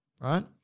Right